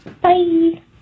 Bye